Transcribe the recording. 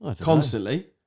Constantly